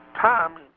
Tom